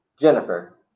Jennifer